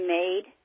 made